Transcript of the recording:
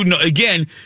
again